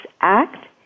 Act